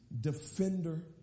defender